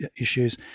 issues